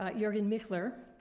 ah jurgen michler,